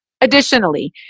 Additionally